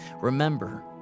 Remember